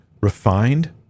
refined